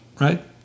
right